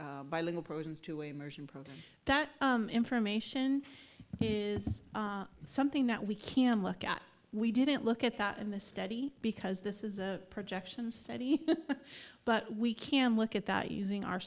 bilingual programs to a mercian program that information is something that we can look at we didn't look at that in the study because this is a projection study but we can look at that using our